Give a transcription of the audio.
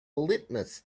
litmus